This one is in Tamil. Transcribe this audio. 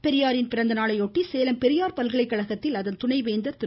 பெரியாரின் பிறந்த நாளை ஒட்டி சேலம் பெரியார் பல்கலைகழகத்தில் அதன் துணை வேந்தர் திரு